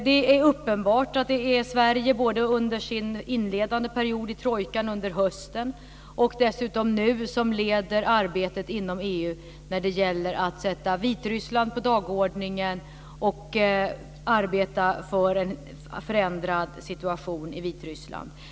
Det är uppenbart att det är Sverige, både under den inledande perioden i trojkan under hösten och nu, som leder arbetet inom EU när det gäller att sätta Vitryssland på dagordningen och arbeta för en förändrad situation i Vitryssland.